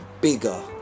bigger